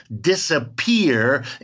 disappear